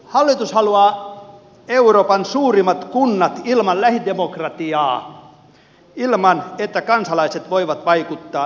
hallitus haluaa euroopan suurimmat kunnat ilman lähidemokratiaa ilman että kansalaiset voivat vaikuttaa lähipalvelujensa kehittämiseen